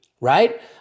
right